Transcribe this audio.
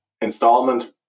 installment